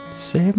Save